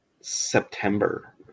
September